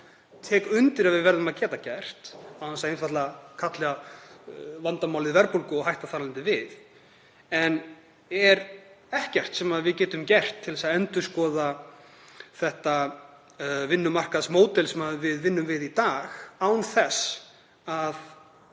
tek undir að við verðum að geta gert án þess að kalla vandamálið verðbólgu og hætta þess vegna við. Er ekkert sem við getum gert til þess að endurskoða þetta vinnumarkaðsmódel sem við vinnum með í dag án þess að